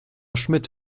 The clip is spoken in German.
schmidt